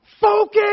focus